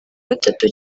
gatatu